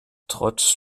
trotz